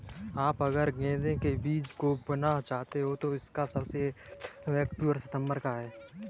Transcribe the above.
आप अगर गेंदे के बीज बोना चाहते हैं तो इसका सबसे अच्छा समय अक्टूबर सितंबर का है